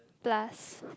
plus